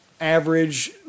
average